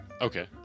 Okay